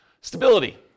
Stability